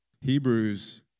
Hebrews